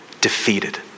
defeated